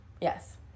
Yes